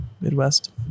Midwest